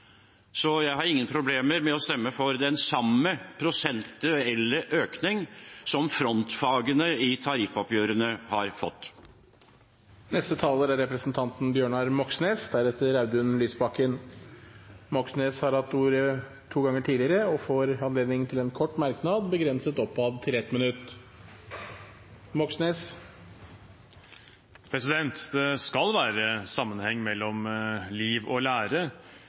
Så jeg har ingen problemer med å stemme for den samme prosent eller økning som frontfagene i tariffoppgjørene har fått. Bjørnar Moxnes har hatt ordet to ganger tidligere og får ordet til en kort merknad, begrenset til 1 minutt. Det skal være sammenheng mellom liv og lære.